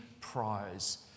prize